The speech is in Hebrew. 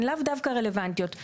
הן לאו דווקא רלוונטיות.